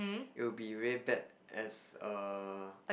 it will be very bad as a